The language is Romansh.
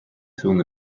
sun